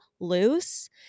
loose